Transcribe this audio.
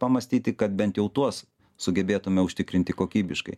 pamąstyti kad bent jau tuos sugebėtume užtikrinti kokybiškai